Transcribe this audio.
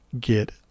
get